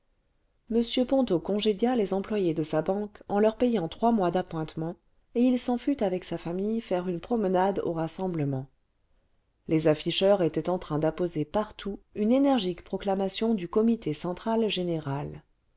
m ponto congédia les employés de sa banque en leur payant trois mois d'appointements et il s'en fut avec sa famille faire une promenade aux rassemblements les afficheurs étaient en train d'apposer partout une énergique proclamation du comité central général